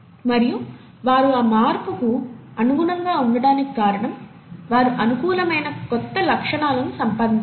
మరియు వారు ఆ మార్పుకు అనుగుణంగా ఉండటానికి కారణం వారు అనుకూలమైన క్రొత్త లక్షణాలను సంపాదించడమే